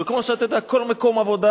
וכמו שאתה יודע, כל מקום עבודה